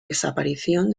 desaparición